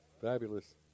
fabulous